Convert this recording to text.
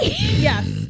Yes